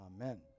Amen